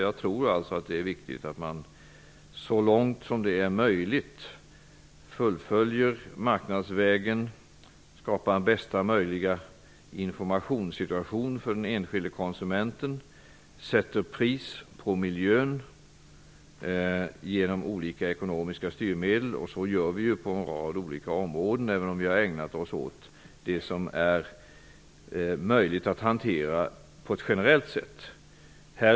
Jag tror alltså att det är viktigt att man så långt möjligt fullföljer marknadsvägen, skapar den bästa möjliga informationssituation för den enskilde konsumenten och sätter pris på miljön genom olika ekonomiska styrmedel. Detta görs på en rad områden, även om vi har ägnat oss åt det som är möjligt att hantera på ett generellt sätt.